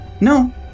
No